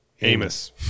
Amos